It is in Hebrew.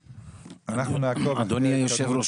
אנחנו נעקוב --- אדוני יושב הראש,